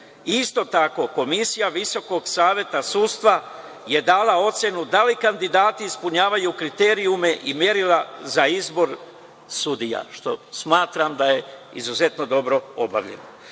Isto tako, Komisija Visokog saveta sudstva je dala ocenu da li kandidati ispunjavaju kriterijume i merila za izbor sudija, što smatram da je izuzetno dobro obavljeno.